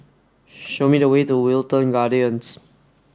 show me the way to Wilton Gardens